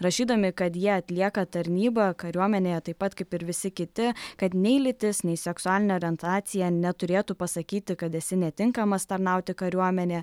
rašydami kad jie atlieka tarnybą kariuomenėje taip pat kaip ir visi kiti kad nei lytis nei seksualinė orientacija neturėtų pasakyti kad esi netinkamas tarnauti kariuomenėje